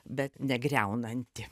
bet negriaunanti